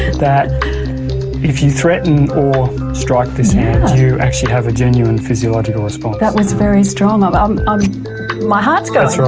that if you threaten or strike this hand you actually have a genuine physiological response. that was very strong, um um um my heart's going!